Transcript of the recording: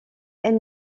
elle